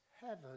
heaven